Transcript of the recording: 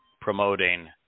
promoting